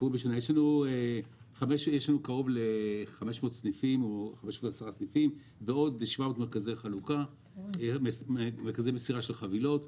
יש לנו 510 סניפים ו-700 מרכזי מסירה של חבילות.